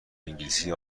انگلیسی